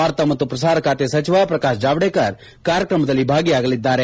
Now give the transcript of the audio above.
ವಾರ್ತಾ ಮತ್ತು ಪ್ರಸಾರ ಖಾತೆ ಸಚಿವ ಪ್ರಕಾಶ್ ಜಾವಡೇಕರ್ ಕಾರ್ಯಕ್ರಮದಲ್ಲಿ ಭಾಗಿಯಾಗಲಿದ್ದಾರೆ